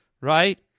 Right